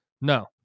No